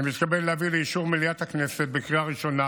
אני מתכבד להביא לאישור מליאת הכנסת בקריאה ראשונה